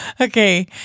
Okay